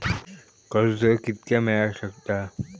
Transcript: कर्ज कितक्या मेलाक शकता?